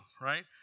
right